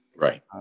Right